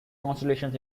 constellations